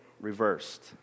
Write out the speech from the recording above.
reversed